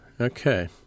Okay